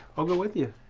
i'll go with you.